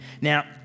Now